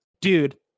dude